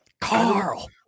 Carl